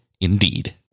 indeed